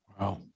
Wow